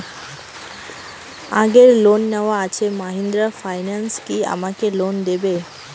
আগের লোন নেওয়া আছে মাহিন্দ্রা ফাইন্যান্স কি আমাকে লোন দেবে?